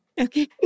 Okay